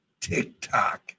TikTok